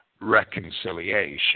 reconciliation